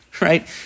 Right